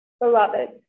Beloved